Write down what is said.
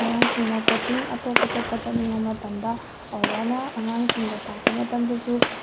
ꯑꯉꯥꯡꯁꯤꯡꯅ ꯀꯣꯆꯤꯡ ꯑꯇꯣꯞ ꯑꯇꯣꯞꯄ ꯆꯠꯅꯤꯡꯕ ꯃꯇꯝꯗ ꯑꯣꯖꯥꯅ ꯑꯉꯥꯡꯁꯤꯡꯗ ꯇꯥꯛꯄ ꯃꯇꯝꯗꯁꯨ